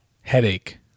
Headache